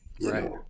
right